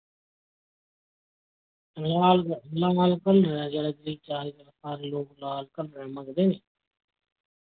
लाल लाल कलर ऐ जेह्ड़ा ओह् लाल कलर मंगदे नी